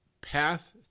path